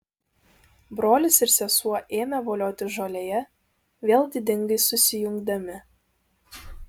brolis ir sesuo ėmė voliotis žolėje vėl didingai susijungdami